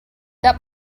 that